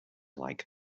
like